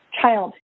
child